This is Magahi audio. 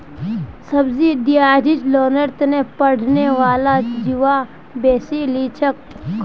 सब्सिडाइज्ड लोनोत पढ़ने वाला छुआ बेसी लिछेक